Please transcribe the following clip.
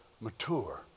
mature